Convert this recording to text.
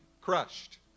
crushed